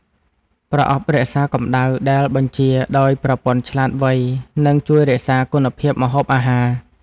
ប្រអប់រក្សាកម្ដៅដែលបញ្ជាដោយប្រព័ន្ធឆ្លាតវៃ នឹងជួយរក្សាគុណភាពម្ហូបអាហារ។